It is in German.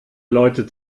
leute